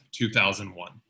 2001